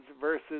versus